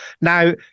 now